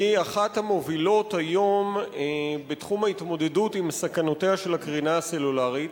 היא אחת המובילות היום בתחום ההתמודדות עם סכנותיה של הקרינה הסלולרית.